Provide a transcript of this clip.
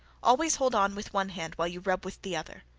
always hold on with one hand while you rub with the other